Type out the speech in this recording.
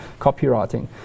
Copywriting